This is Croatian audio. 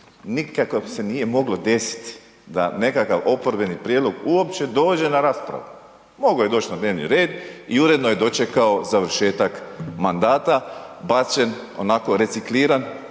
nikako se nije moglo desit da nekakav oporbeni prijedlog uopće dođe na raspravu. Moglo je doći na dnevni red i uredno je dočekao završetak mandata, bačen, onako recikliran